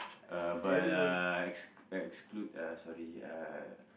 uh but uh ex~ exclude uh sorry uh